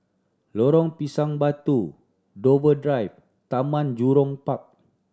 Lorong Pisang Batu Dover Drive Taman Jurong Park